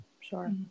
Sure